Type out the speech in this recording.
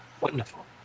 Wonderful